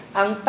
ang